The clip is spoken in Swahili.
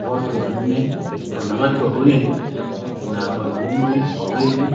Watu wanne, wanawake wawili na wanaume wawili.